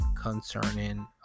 concerning